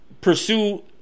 pursue